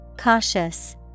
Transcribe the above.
Cautious